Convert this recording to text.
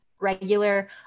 regular